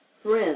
friends